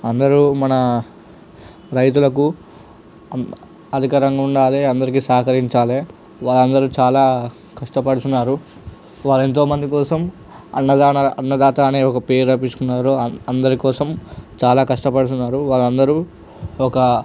అందరూ మన రైతులకు అధికంగా ఉండాలి అందరికి సహకరించాలి వాళ్ళందరూ చాలా కష్టపడుతున్నారు వాళ్ళ ఎంతో మంది కోసం అన్నదానాలు అన్నదాత అనే ఒక పేరు రపించుకున్నారు అందరికోసం చాలా కష్టపడుతున్నారు వాళ్ళందరూ ఒక